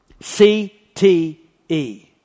C-T-E